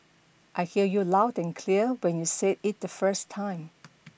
I heard you loud and clear when you said it the first time